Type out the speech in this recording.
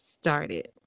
started